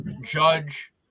Judge